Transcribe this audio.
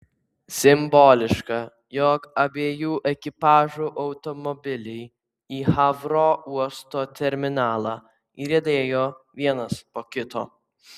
simboliška jog abiejų ekipažų automobiliai į havro uosto terminalą įriedėjo vienas po kito